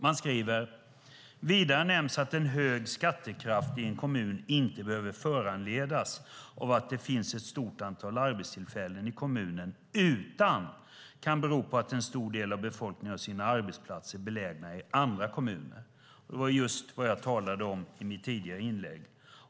Man skriver: Vidare nämns att en hög skattekraft i en kommun inte behöver föranledas av att det finns ett stort antal arbetstillfällen i kommunen utan kan bero på att en stor del av befolkningen har sina arbetsplatser belägna i andra kommuner. Det var just vad jag talade om i mitt tidigare inlägg.